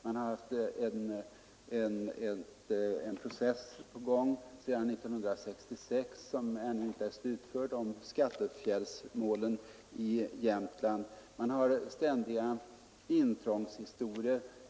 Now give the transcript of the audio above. Man har haft en mycket omfattande process sedan 1966 som ännu inte är slutförd, skattefjällsmålet i Jämtland, och man har ständiga tvister om intrång.